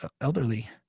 elderly